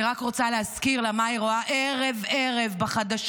אני רק רוצה להזכיר מה היא רואה ערב-ערב בחדשות: